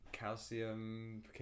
calcium